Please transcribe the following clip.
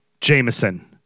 Jameson